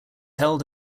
held